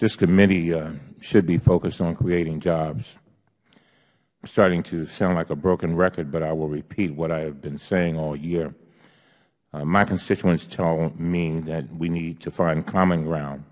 this committee should be focused on creating jobs i am starting to sound like a broken record but i will repeat what i have been saying all year my constituents tell me that we need to find common ground